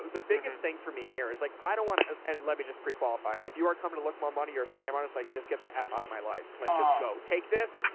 the biggest thing for me here is like, i don't want to, and let me just pre-qualify. if you are coming to look more money or a scam on us, like just get the f out of my life. like just go take this,